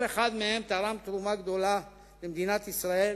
כל אחד מהם תרם תרומה גדולה למדינת ישראל.